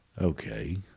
Okay